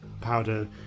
powder